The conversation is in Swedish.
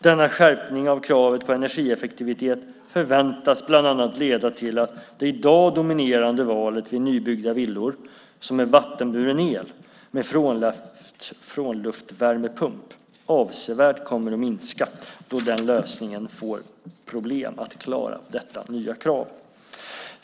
Denna skärpning av kravet på energieffektivitet förväntas bland annat leda till att det i dag dominerande valet vid nybyggda villor, som är vattenburen el med frånluftsvärmepump, avsevärt kommer att minska då den lösningen får problem att klara detta nya krav.